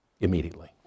immediately